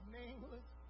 nameless